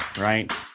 right